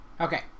okay